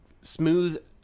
smooth